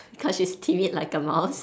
because she's timid like a mouse